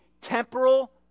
temporal